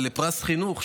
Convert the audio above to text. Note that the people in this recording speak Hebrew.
על פרס חינוך,